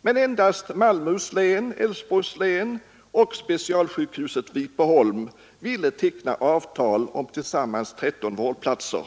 men endast Malmöhus län, Älvsborgs län och specialsjukhuset Vipeholm ville teckna avtal om tillsammans 13 vårdplatser.